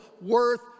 worth